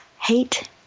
hate